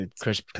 Chris